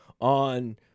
on